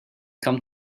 come